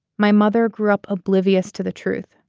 my mother grew up oblivious to the truth.